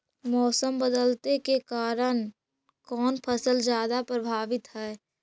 मोसम बदलते के कारन से कोन फसल ज्यादा प्रभाबीत हय?